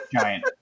giant